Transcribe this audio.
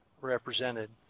represented